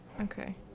Okay